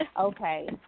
Okay